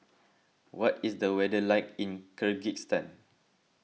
what is the weather like in Kyrgyzstan